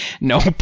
nope